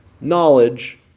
knowledge